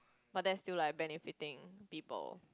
but that's still like benefiting people